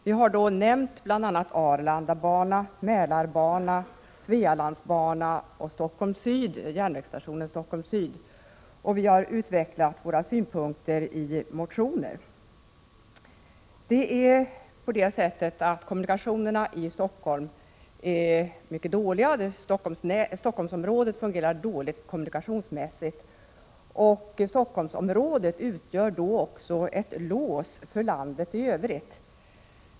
Vi har då nämnt bl.a. en Arlandabana, en Mälarbana och en Svealandsbana samt järnvägsstationen Stockholm Syd, och vi har utvecklat våra synpunkter i motioner. Kommunikationerna i Stockholm är dåliga — Stockholmsområdet fungerar dåligt kommunikationsmässigt. Stockholmsområdet utgör då också ett lås för landet i övrigt.